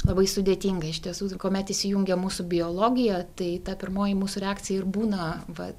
labai sudėtinga iš tiesų kuomet įsijungia mūsų biologija tai ta pirmoji mūsų reakcija ir būna va